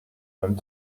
même